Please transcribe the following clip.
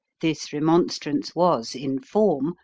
this remonstrance was, in form,